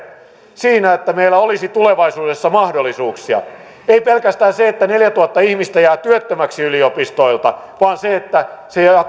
siinä että meillä olisi tulevaisuudessa mahdollisuuksia ei pelkästään siinä että neljätuhatta ihmistä jää työttömäksi yliopistoilta vaan siinä että se jatkuu